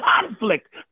conflict